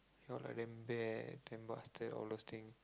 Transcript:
you all like damn bad damn bastard all those thing